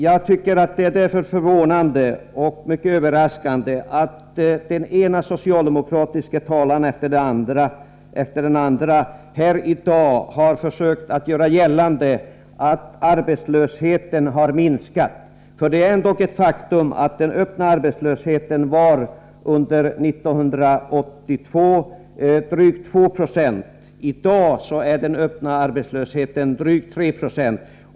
Det är därför förvånande och mycket överraskande att den ena socialdemokratiske talaren efter den andra här i dag har försökt göra gällande att arbetslösheten har minskat. Det är ändock ett faktum att den öppna arbetslösheten under 1982 var drygt 2 90. I dag är den öppna arbetslösheten drygt 3 20.